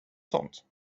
sånt